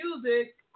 music